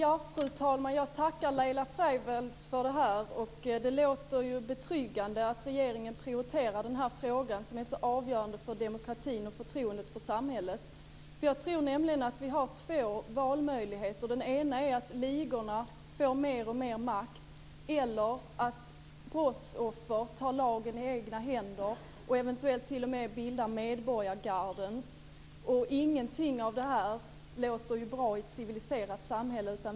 Fru talman! Jag tackar Laila Freivalds för detta. Det låter betryggande att regeringen prioriterar denna fråga, som är så avgörande för demokratin och förtroendet för samhället. Jag tror nämligen att vi har två valmöjligheter. Den ena är att ligorna får mer och mer makt. Den andra är att brottsoffer tar lagen i egna händer och eventuellt t.o.m. bildar medborgargarden. Ingenting av detta låter bra i ett civiliserat samhälle.